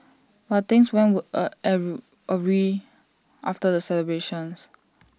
but things went were A awry after the celebrations